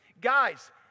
Guys